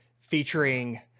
featuring